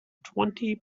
twenty